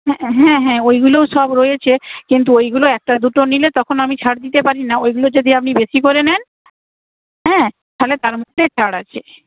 হ্যাঁ হ্যাঁ হ্যাঁ ওইগুলোও সব রয়েছে কিন্তু ওইগুলো একটা দুটো নিলে তখন আমি ছাড় দিতে পারি না ওইগুলো যদি আপনি বেশি করে নেন হ্যাঁ তাহলে তার মধ্যে ছাড় আছে